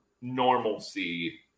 normalcy